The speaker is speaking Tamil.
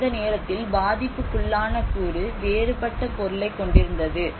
அந்த நேரத்தில் பாதிப்புக்குள்ளான கூறு வேறுபட்ட பொருளைக் கொண்டிருந்தது